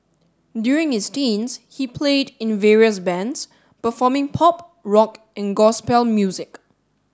during his teens he played in various bands performing pop rock and gospel music